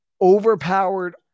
overpowered